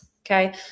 okay